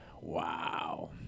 Wow